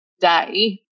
day